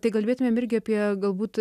tai kalbėtume irgi apie galbūt